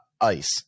ice